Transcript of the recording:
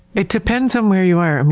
it depends on where you are.